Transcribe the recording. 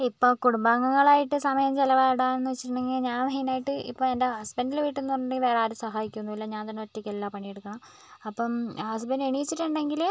ഇപ്പോൾ കുടുംബാംഗങ്ങൾ ആയിട്ട് സമയം ചിലവിടാൻ എന്ന് വെച്ചിട്ടുണ്ടെങ്കിൽ ഞാൻ മെയിൻ ആയിട്ട് ഇപ്പോൾ എൻ്റെ ഹസ്ബൻഡിൻ്റെ വീട്ടിൽ നിന്ന് ഉണ്ടെങ്കിൽ വേറെ ആരും സഹായിക്കുകയൊന്നും ഇല്ല ഞാൻ തന്നെ ഒറ്റക്ക് എല്ലാ പണിയെടുക്കണം അപ്പം ഹസ്ബൻഡ് എണീറ്റിട്ടുണ്ടെങ്കിൽ